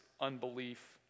unbelief